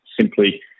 simply